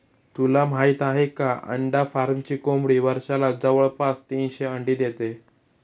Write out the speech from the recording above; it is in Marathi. तुला माहित आहे का? अंडा फार्मची कोंबडी वर्षाला जवळपास तीनशे अंडी देते